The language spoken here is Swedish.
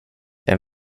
vem